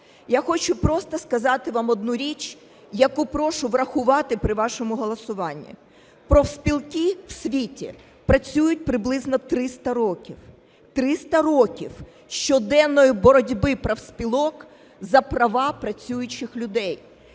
Я хочу просто сказати вам одну річ, яку прошу врахувати при вашому голосуванні. Профспілки в світі працюють приблизно 300 років, 300 років щоденної боротьби профспілок за права працюючих людей.